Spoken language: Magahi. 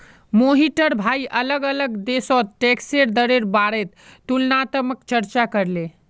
मोहिटर भाई अलग अलग देशोत टैक्सेर दरेर बारेत तुलनात्मक चर्चा करले